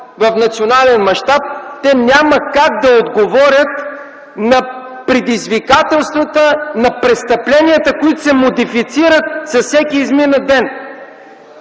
в национален мащаб, те няма как да отговорят на предизвикателствата на престъпленията, които се модифицират с всеки изминал ден.